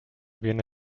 viene